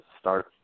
start